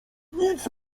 nic